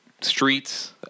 streets